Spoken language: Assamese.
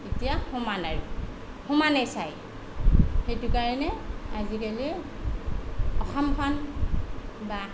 এতিয়া সমান আৰু সমানে চাই সেইটো কাৰণে আজিকালি অসমখন বা